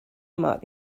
might